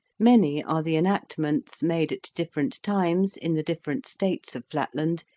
many are the enactments made at different times in the different states of flatland,